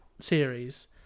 series